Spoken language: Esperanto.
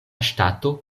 ŝtato